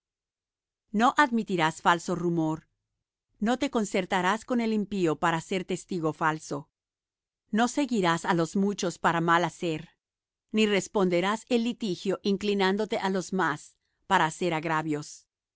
no admitirás falso rumor no te concertarás con el impío para ser testigo falso no seguirás á los muchos para mal hacer ni responderás en litigio inclinándote á los más para hacer agravios